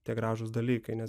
tie gražūs dalykai nes